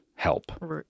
Help